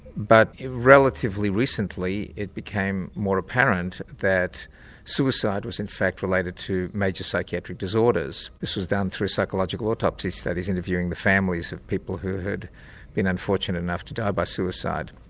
but relatively recently it became more apparent that suicide was in fact related to major psychiatric disorders. this was done through psychological autopsies that is, interviewing the families of people who had been unfortunate enough to die by suicide.